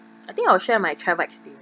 I think I will share my travel experiences